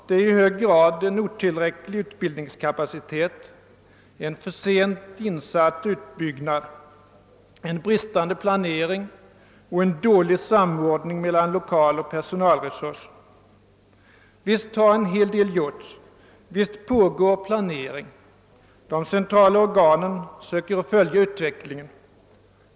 Det är i hög grad otillräcklig utbildningskapacitet, för sent insatt utbildning, bristande planering och dålig samordning mellan lokaloch personalresurser. Visst har en hel del gjorts, och visst pågår planering. De centrala organen försöker följa utvecklingen.